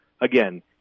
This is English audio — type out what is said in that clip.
again